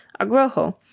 Agroho